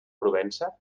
provença